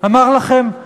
שאמר לכם: